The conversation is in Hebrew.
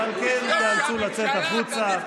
ועל כן תיאלצו לצאת החוצה.